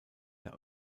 der